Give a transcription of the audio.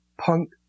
punk